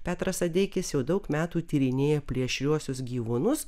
petras adeikis jau daug metų tyrinėja plėšriuosius gyvūnus